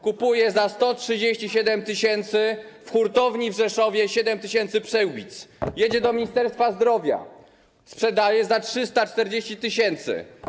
Kupuje za 137 tys. w hurtowni w Rzeszowie 7 tys. przyłbic, jedzie do Ministerstwa Zdrowia, sprzedaje za 340 tys.